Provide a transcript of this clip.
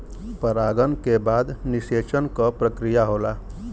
परागन के बाद निषेचन क प्रक्रिया होला